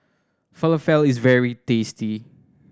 falafel is very tasty